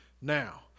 now